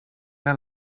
era